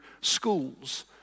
schools